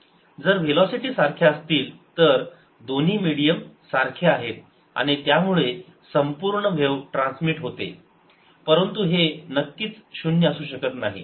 जर वेलोसिटी सारख्या असतील तर दोन्ही मिडीयम सारखे आहेत आणि त्यामुळे संपूर्ण व्हेव ट्रान्समिट होते परंतु हे नक्कीच शून्य असू शकत नाही